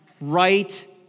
right